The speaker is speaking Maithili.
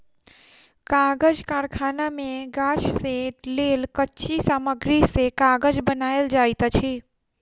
कागज़ कारखाना मे गाछ से लेल कच्ची सामग्री से कागज़ बनायल जाइत अछि